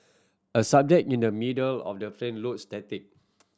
a subject in the middle of the frame looks static